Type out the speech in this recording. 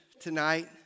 tonight